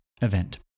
event